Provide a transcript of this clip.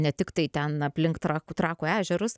ne tiktai ten aplink trakų trakų ežerus